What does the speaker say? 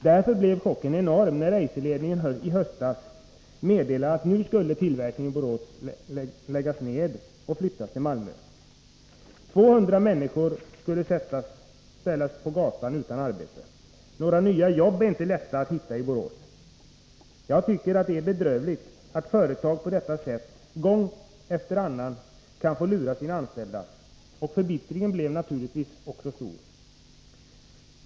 Därför blev chocken enorm när Eiserledningen i höstas meddelade att nu skulle tillverkningen i Borås läggas ned och flyttas till Malmö. 200 människor skulle ställas på gatan utan arbete. Några nya jobb är inte lätta att hitta i Borås. Jag tycker att det är bedrövligt att företag på detta sätt gång efter annan kan få lura sina anställda — och förbittringen blev naturligtvis stor.